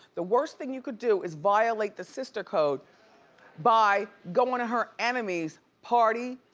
the worst thing you could do is violate the sister code by goin' to her enemy's party.